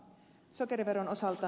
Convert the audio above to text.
sokeriveron osalta